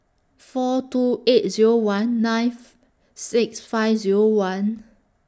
four two eight Zero one nine six five Zero one